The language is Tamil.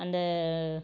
அந்த